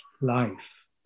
life